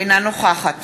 אינה נוכחת